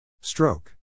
Stroke